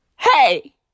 Hey